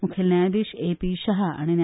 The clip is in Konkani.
मुखेल न्यायाधीश एपी शाह आनी न्या